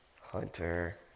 Hunter